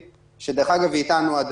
דרך אגב, היא איתנו עד